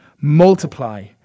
Multiply